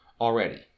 already